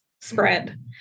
spread